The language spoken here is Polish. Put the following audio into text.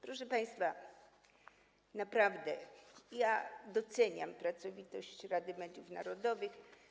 Proszę państwa, naprawdę doceniam pracowitość Rady Mediów Narodowych.